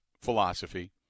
philosophy